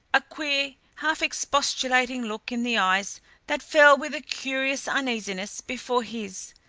a queer, half expostulating look in the eyes that fell with a curious uneasiness before his,